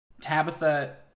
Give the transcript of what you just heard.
Tabitha